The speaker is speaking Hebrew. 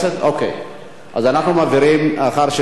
אדוני היושב-ראש,